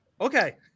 okay